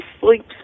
sleeps